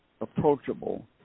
approachable